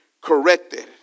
corrected